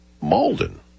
Malden